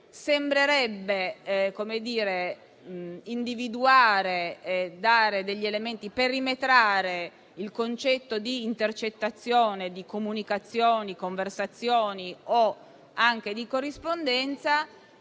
sembrerebbe individuare e perimetrare il concetto di intercettazione di comunicazioni, conversazioni o corrispondenza